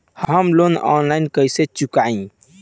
हम loan online कइसे चुकाई?